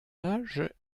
âge